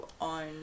on